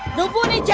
bhavani